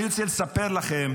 אני רוצה לספר לכם